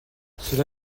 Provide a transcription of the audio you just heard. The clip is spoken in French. cela